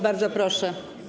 Bardzo proszę.